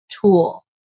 tool